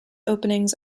openings